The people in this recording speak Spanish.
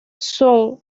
son